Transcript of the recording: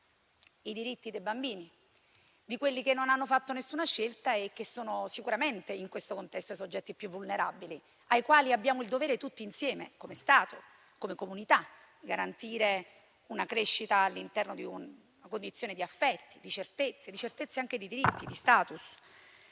i diritti dei bambini, quelli che non hanno fatto nessuna scelta e che sicuramente, in questo contesto, sono i soggetti più vulnerabili, ai quali abbiamo il dovere, tutti insieme, come Stato e come comunità, di garantire una crescita all'interno di un una condizione di affetti e di certezze, anche di diritti e di *status*.